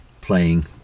playing